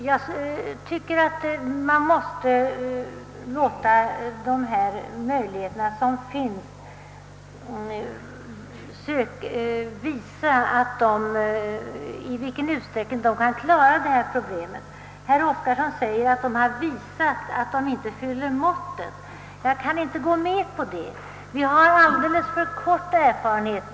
Jag tycker att man måste se i vilken utsträckning de möjligheter som finns kan klara problemen. Herr Oskarson säger att det har visat sig att de inte fyller måttet. Jag kan inte gå med på det. Vi har alldeles för liten erfarenhet.